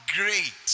great